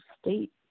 state